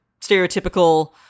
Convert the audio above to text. stereotypical